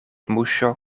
muŝo